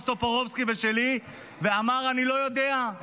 טופורובסקי ושלי ואמר: אני לא יודע,